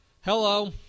Hello